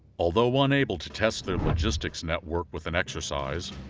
although unable to test their logistics network with an exercise,